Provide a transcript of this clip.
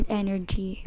energy